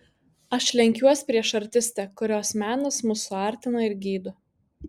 aš lenkiuos prieš artistę kurios menas mus suartina ir gydo